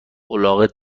الاغت